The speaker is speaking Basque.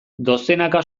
dozenaka